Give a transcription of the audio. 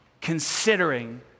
considering